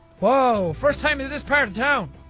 wow! first time in this part of town!